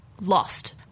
lost